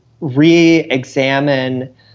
re-examine